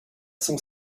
cent